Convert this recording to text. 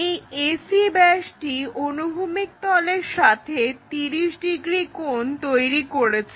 এই AC ব্যাসটি অনুভূমিক তলের সাথে 30 ডিগ্রি কোণ তৈরি করেছে